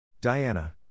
Diana